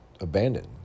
abandoned